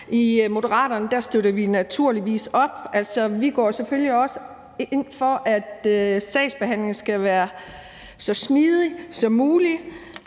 I Moderaterne støtter vi naturligvis op. Altså, vi går selvfølgelig også ind for, at sagsbehandlingen skal være så smidig som muligt